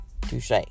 touche